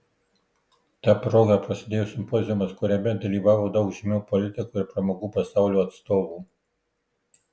ta proga prasidėjo simpoziumas kuriame dalyvavo daug žymių politikų ir pramogų pasaulio atstovų